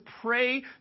pray